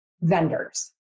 vendors